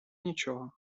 нічого